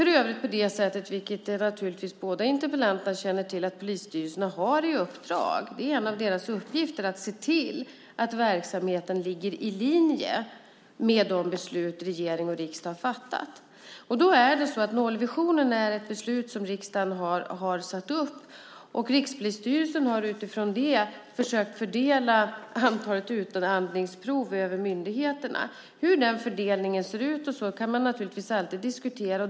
Som båda interpellanterna naturligtvis känner till har polisstyrelserna i uppdrag att se till att verksamheten ligger i linje med de beslut som regering och riksdag har fattat. Det är en av deras uppgifter. Nollvisionen är något som riksdagen har satt upp. Rikspolisstyrelsen har utifrån det försökt fördela antalet utandningsprov över myndigheterna. Hur den fördelningen ser ut kan man naturligtvis alltid diskutera.